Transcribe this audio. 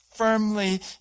firmly